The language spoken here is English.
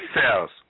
cells